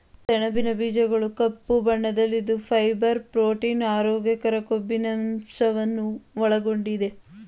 ಸಣಬಿನ ಬೀಜಗಳು ಕಪ್ಪು ಬಣ್ಣದಲ್ಲಿದ್ದು ಫೈಬರ್, ಪ್ರೋಟೀನ್, ಆರೋಗ್ಯಕರ ಕೊಬ್ಬಿನಂಶವನ್ನು ಒಳಗೊಂಡಿದೆ